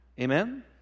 Amen